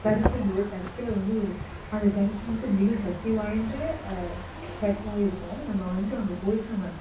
search இருந்தது சர்ச்சில் வந்து ஒரு அந்த சர்ச் வந்துட்டு மிக சக்தி வாய்ந்த சர்ச்சாக இருக்கும் நம்ம வந்து அங்கே போய்விட்டு நம்ம